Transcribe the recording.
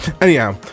anyhow